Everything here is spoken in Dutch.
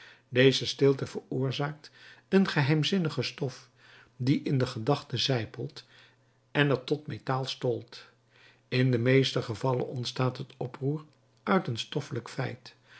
deze stilte veroorzaakt een geheimzinnige stof die in de gedachte zijpelt en er tot metaal stolt in de meeste gevallen ontstaat het oproer uit een stoffelijk feit